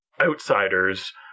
outsiders